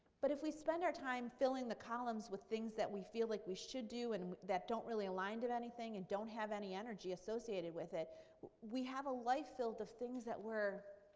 but if we spend our time filling the columns with things that we feel like we should do and that don't really align to anything and don't have any energy associated with it we have a life filled with things that we're